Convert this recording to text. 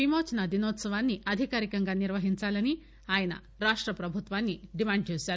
విమోచన దినోత్సవాన్ని అధికారికంగా నిర్వహించాలని ఆయన రాష్ట ప్రభుత్వాన్ని డిమాండ్ చేశారు